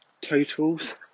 totals